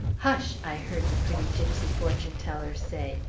hush! i heard the pretty gypsy fortuneteller say.